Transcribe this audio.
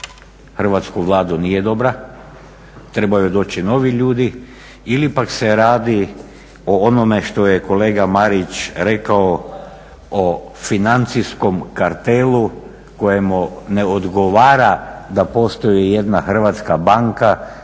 Hrvatsku vladu nije dobra, trebaju joj doći novi ljudi? Ili pak se radi o onome što je kolega Marić rekao o financijskom kartelu kojemu ne odgovara da postoji jedna hrvatska banka